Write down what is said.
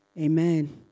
Amen